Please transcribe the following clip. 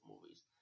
movies